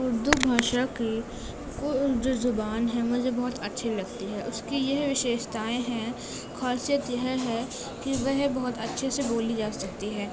اردو بھاشا کی کو جو زبان ہے مجھے بہت اچھی لگتی ہیں اس کی یہ وسیشتائیں ہیں خاصیت یہ ہے کہ وہ بہت اچھے سے بولی جا سکتی ہے